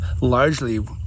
largely